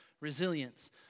resilience